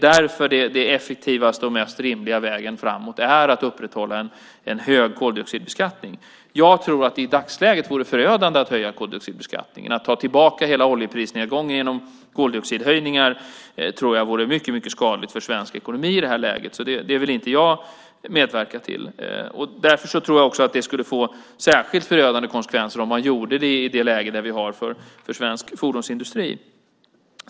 Därför är den effektivaste och rimligaste vägen framåt att upprätthålla en hög koldioxidbeskattning. I dagsläget vore det förödande att höja koldioxidbeskattningen. Att ta tillbaka hela oljeprisnedgången genom koldioxidskattehöjningar vore mycket skadligt för svensk ekonomi i detta läge. Det vill jag inte medverka till. Jag tror att det skulle få särskilt förödande konsekvenser om man gjorde det i det läge vi nu har för svensk fordonsindustri.